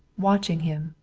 watching him,